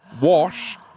wash